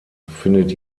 findet